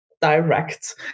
direct